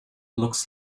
looks